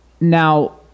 now